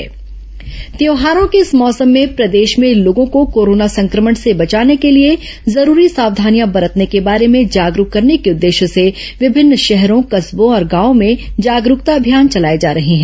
corona जागरूकता त्यौहारों के इस मौसम में प्रदेश में लोगों को कोरोना संक्रमण से बचाने के लिए जरूरी सावधानियां बरतने के बारे में जागरूक करने के उद्देश्य से विभिन्न शहरों कस्बो और गांवों में जागरूकता अभियान चलाए जा रहे हैं